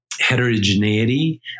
heterogeneity